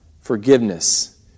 forgiveness